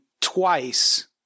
twice